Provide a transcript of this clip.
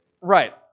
Right